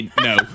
no